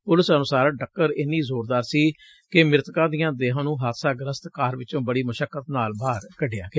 police ਅਨੁਸਾਰ ਟਕੱਰ ਏਨੀਂ ਜ਼ੋਰਦਾਰ ਸੀ ਕਿ ਮ੍ਰਿਤਕਾਂ ਦੀਆਂ ਦੇਹਾਂ ਨੂੰ ਹਾਦਸਾ ਗੁਸਤ ਕਾਰ ਚੋਂ ਬੜੀ ਮੁਸ਼ਕੱਤ ਨਾਲ ਬਾਹਰ ਕੱਢਿਆ ਗਿਆ